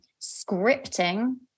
scripting